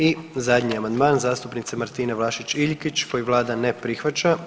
I zadnji amandman zastupnice Martine Vlašić Iljkić koji vlada ne prihvaća.